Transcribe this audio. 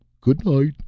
Good-night